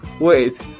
Wait